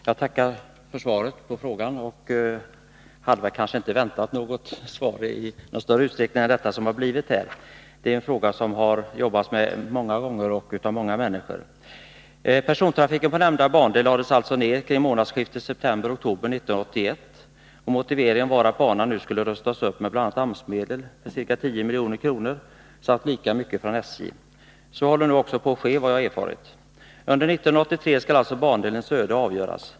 Herr talman! Jag tackar för svaret på frågan. Jag hade kanske inte väntat något svar i större omfattning än som nu blivit fallet. Det är en fråga som det har arbetats med vid många tillfällen och av många personer. Persontrafiken på nämnda bandel lades ner kring månadsskiftet september-oktober 1981. Motiveringen var att banan skulle rustas upp med bl.a. AMS-medel på ca 10 milj.kr. samt lika mycket från SJ. Så håller nu också på att ske, vad jag har erfarit. Under 1983 skall alltså bandelens öde avgöras.